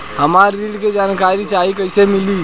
हमरा ऋण के जानकारी चाही कइसे मिली?